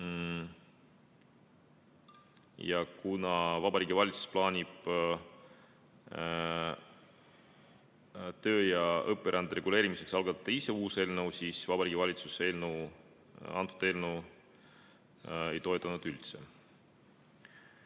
Kuna Vabariigi Valitsus plaanib töö- ja õpirände reguleerimiseks algatada ise uue eelnõu, siis Vabariigi Valitsus seda eelnõu ei toetanud üldse.